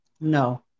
No